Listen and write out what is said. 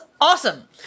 awesome